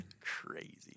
crazy